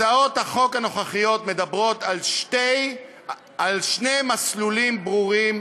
הצעות החוק הנוכחיות מדברות על שני מסלולים ברורים